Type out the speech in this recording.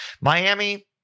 Miami